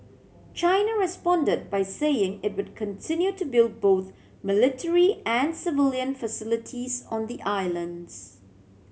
China responded by saying it would continue to build both military and civilian facilities on the islands